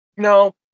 No